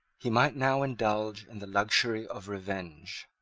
he might now indulge in the luxury of revenge.